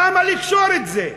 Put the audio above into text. למה לקשור את זה?